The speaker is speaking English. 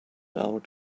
out